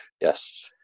Yes